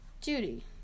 Judy